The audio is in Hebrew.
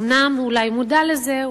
אולי הוא מודע לזה,